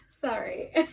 Sorry